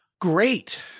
Great